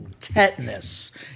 tetanus